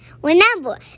Whenever